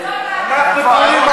אני חייבת